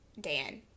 Dan